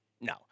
No